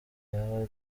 ryaba